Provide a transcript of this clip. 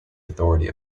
authority